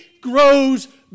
grows